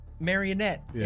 marionette